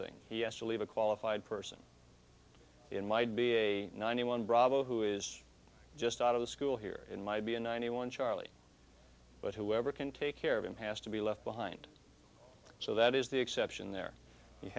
thing yes or leave a qualified person in might be a ninety one bravo who is just out of school here in might be a ninety one charlie but whoever can take care of him has to be left behind so that is the exception there you